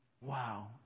Wow